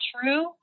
true